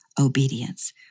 obedience